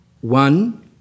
one